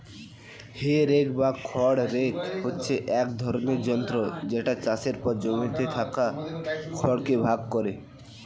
হে rake বা খড় rake হচ্ছে এক ধরণের যন্ত্র যেটা চাষের পর জমিতে থাকা খড় কে ভাগ করা হয়